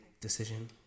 decision